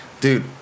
dude